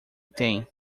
tem